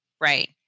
Right